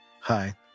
Hi